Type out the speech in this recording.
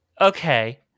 okay